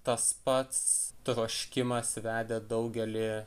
tas pats troškimas vedė daugelį